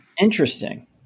Interesting